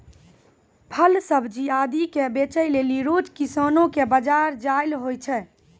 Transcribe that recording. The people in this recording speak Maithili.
फल सब्जी आदि क बेचै लेलि रोज किसानो कॅ बाजार जाय ल होय छै